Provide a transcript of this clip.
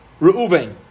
Reuven